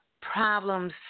problems